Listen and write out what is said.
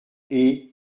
est